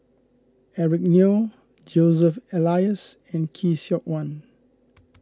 Eric Neo Joseph Elias and Khoo Seok Wan